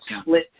split